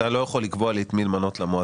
אתה לא יכול לקבוע לי את מי למנות למועצה.